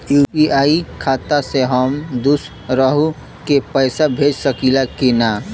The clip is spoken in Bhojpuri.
यू.पी.आई खाता से हम दुसरहु के पैसा भेज सकीला की ना?